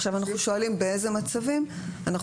אנחנו עכשיו שואלים באיזה מצבים אנחנו